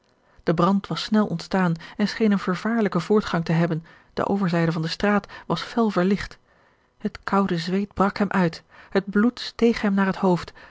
de brand was snel ontstaan en scheen een vervaarlijken voortgang te hebben de overzijde van de straat was fel verlicht het koude zweet brak hem uit het bloed steeg hem naar het hoofd